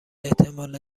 احتمال